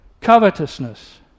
Covetousness